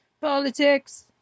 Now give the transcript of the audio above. Politics